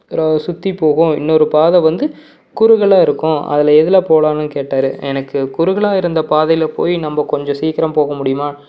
ர சுற்றி போகும் இன்னொரு பாதை வந்து குறுகலாக இருக்கும் அதில் எதில் போகலான்னு கேட்டார் எனக்கு குறுகலாக இருந்த பாதையில் போய் நம்ம கொஞ்சம் சீக்கிரம் போக முடியுமா